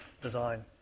design